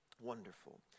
Wonderful